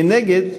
מנגד,